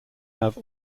have